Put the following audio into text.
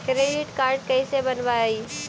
Credit card कैसे बनवाई?